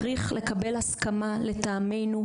צריך לקבל הסכמה לטעמנו,